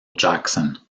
jackson